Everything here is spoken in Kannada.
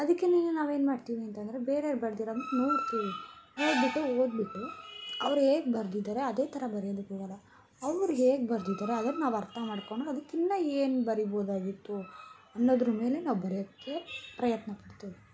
ಅದಕ್ಕೆನೇನೇ ನಾವೇನು ಮಾಡ್ತೀವಿ ಅಂತಂದರೆ ಬೇರೆಯವ್ರು ಬರ್ದಿರೋದನ್ನ ನೋಡ್ತೀವಿ ನೋಡಿಬಿಟ್ಟು ಓದಿಬಿಟ್ಟು ಅವ್ರು ಹೇಗೆ ಬರ್ದಿದ್ದಾರೆ ಅದೇ ಥರ ಬರೆಯೋದಕ್ಕೋಗಲ್ಲ ಅವ್ರು ಹೇಗೆ ಬರ್ದಿದ್ದಾರೋ ಅದನ್ನ ನಾವು ಅರ್ಥ ಮಾಡಿಕೊಂಡು ಅದಕ್ಕಿಂತ ಏನು ಬರಿಬೋದಾಗಿತ್ತು ಅನ್ನೋದ್ರ ಮೇಲೆ ನಾವು ಬರೆಯೋಕ್ಕೆ ಪ್ರಯತ್ನ ಪಡ್ತೇವೆ